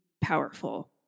powerful